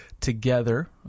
together